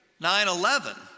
9-11